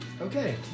Okay